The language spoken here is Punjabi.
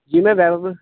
ਜੀ ਮੈਂ ਵੈਭਵ